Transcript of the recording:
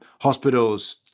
hospitals